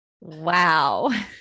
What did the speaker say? Wow